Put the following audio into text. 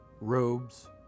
robes